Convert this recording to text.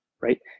right